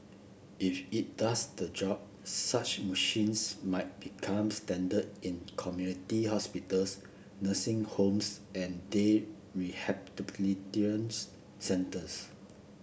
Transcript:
if it does the job such machines might become standard in community hospitals nursing homes and day centres